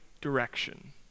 direction